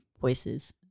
voices